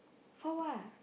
for what